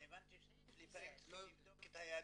אני הבנתי שאין כי צריך לבדוק את היהדות.